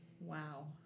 Wow